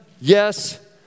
yes